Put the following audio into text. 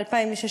ב-2016.